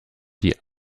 die